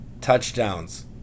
touchdowns